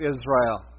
Israel